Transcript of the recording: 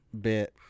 bit